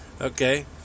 Okay